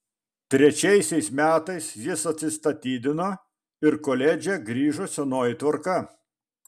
trečiaisiais metais jis atsistatydino ir koledže grįžo senoji tvarka